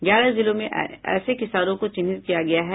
ग्यारह जिलों में ऐसे किसानों को चिन्हित किया गया है